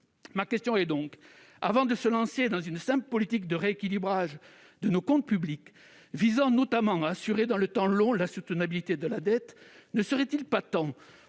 diminuer. Avant de se lancer dans une simple politique de rééquilibrage de nos comptes publics visant notamment à assurer dans le temps long la soutenabilité de la dette, ne faudrait-il pas poser